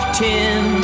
ten